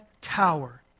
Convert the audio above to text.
tower